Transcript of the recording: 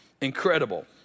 incredible